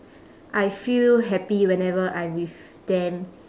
I feel happy whenever I am with them